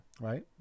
right